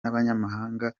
n’abanyamahanga